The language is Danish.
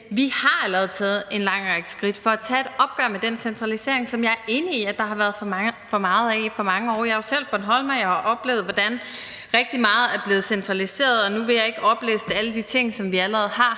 vi har allerede taget en lang række skridt for at tage et opgør med den centralisering, som jeg er enig i at der har været for meget af i for mange år. Jeg er jo selv bornholmer, og jeg har oplevet, hvordan rigtig meget er blevet centraliseret, og nu vil jeg ikke opliste alle de ting, som vi allerede har